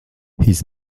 his